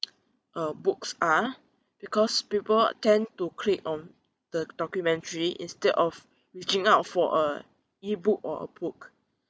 uh books are because people tend to click on the documentary instead of reaching out for a e-book or a book